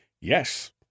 Yes